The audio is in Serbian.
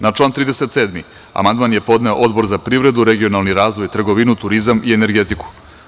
Na član 37. amandman je podneo Odbor za privredu, regionalni razvoj, trgovinu, turizam i energetiku.